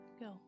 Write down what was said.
go